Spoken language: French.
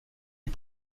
est